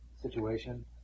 situation